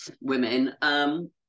women